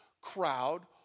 crowd